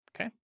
Okay